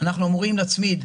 אנחנו אמורים להצמיד,